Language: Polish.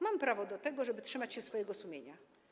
Mam prawo do tego, żeby trzymać się swojego sumienia.